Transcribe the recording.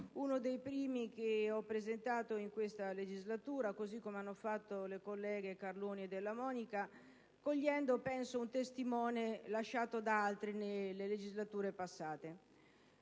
uno dei primi che ho presentato in questa legislatura, come le mie colleghe Carloni e Della Monica, raccogliendo un testimone lasciato da altre nelle legislature passate.